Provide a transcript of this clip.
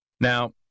Now